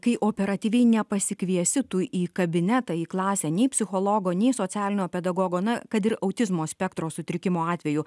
kai operatyviai nepasikviesi tu į kabinetą į klasę nei psichologo nei socialinio pedagogo na kad ir autizmo spektro sutrikimo atveju